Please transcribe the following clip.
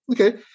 Okay